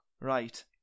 Right